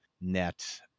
net